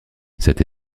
cette